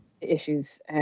issues